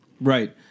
Right